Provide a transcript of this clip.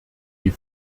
die